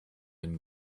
and